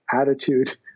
attitude